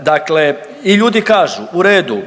Dakle i ljudi kažu u redu,